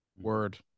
Word